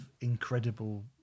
incredible